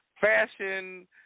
fashion